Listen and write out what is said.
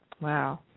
Wow